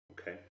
Okay